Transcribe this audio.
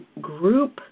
group